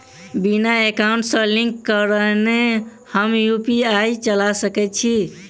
बिना एकाउंट सँ लिंक करौने हम यु.पी.आई चला सकैत छी?